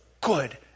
good